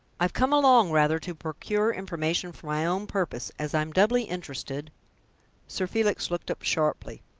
i've come along rather to procure information for my own purpose as i am doubly interested sir felix looked up sharply.